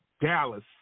Dallas